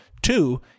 Two